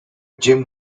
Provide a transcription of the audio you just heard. jim